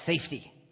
safety